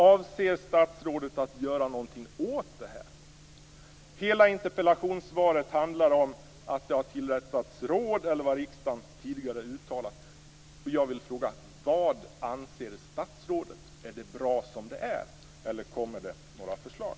Avser statsrådet att göra någonting åt detta? Hela interpellationssvaret handlar om att det har inrättas råd eller vad riksdagen tidigare uttalat. Jag vill fråga: Vad anser statsrådet? Är det bra som det är, eller kommer det några förslag?